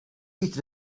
seated